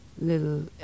little